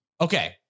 Okay